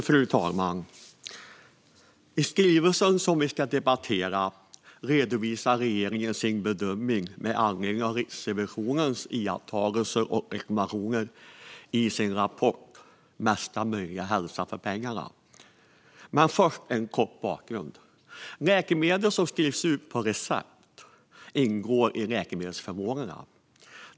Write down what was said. Fru talman! I skrivelsen som vi ska debattera redovisar regeringen sin bedömning med anledning av Riksrevisionens iakttagelser och rekommendationer i sin rapport Mesta möjliga hälsa för skattepengarna . Jag ska först ge en kort bakgrund. Läkemedel som skrivs ut på recept ingår i läkemedelsförmånerna.